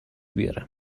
بیارم